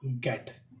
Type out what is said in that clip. get